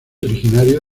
originario